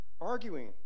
arguing